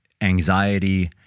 anxiety